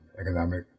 economic